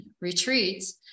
retreats